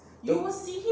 don't